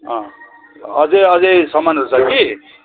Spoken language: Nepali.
हजुर अझ सामानहरू छ कि